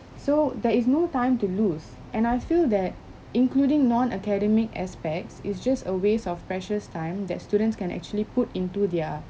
so there is no time to lose and I feel that including non academic aspects is just a waste of precious time that students can actually put into their